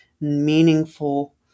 meaningful